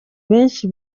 benshi